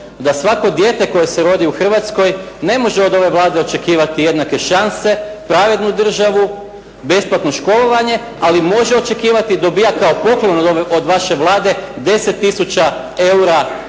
da svako dijete koje se rodi u Hrvatskoj ne može od ove Vlade očekivati jednake šanse, pravednu državu, besplatno školovanje, ali može očekivati i dobija kao poklon od vaše Vlade 10 tisuća